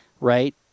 right